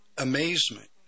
Amazement